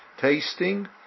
tasting